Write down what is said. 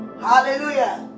Hallelujah